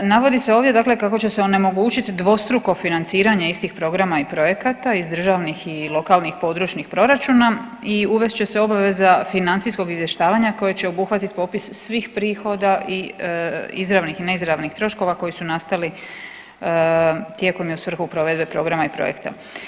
Navodi se ovdje dakle kako će se onemogućiti dvostruko financiranje istih programa i projekata iz državnih i lokalnih i područnih proračuna i uvest će se obveza financijskog izvještavanja koja će obuhvatit popis svih prihoda i izravnih i neizravnih troškova koji su nastali tijekom i u svrhu provedbe programa i projekta.